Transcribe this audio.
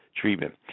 treatment